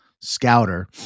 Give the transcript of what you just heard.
scouter